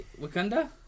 Wakanda